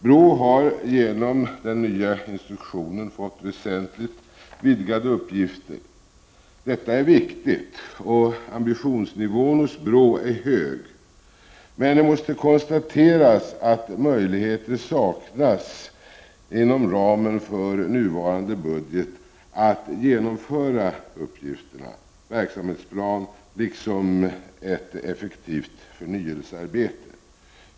BRÅ har genom den nya instruktionen fått väsentligt vidgade uppgifter. Detta är viktigt, och ambitionsnivån hos BRÅ är hög. Men det måste konstateras att möjligheter saknas att inom ramen för nuvarande budget genomföra uppgifterna enligt verksamhetsplanen liksom ett effektivt förnyelsearbete.